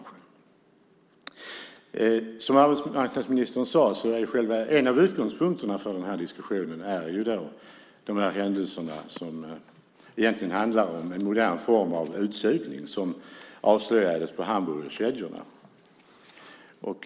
Som arbetsmarknadsministen sade är en av utgångspunkterna för den här diskussionen de händelser som egentligen handlar om en modern form av utsugning, som avslöjades på hamburgerkedjorna.